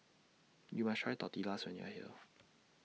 YOU must Try Tortillas when YOU Are here